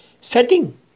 setting